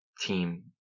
team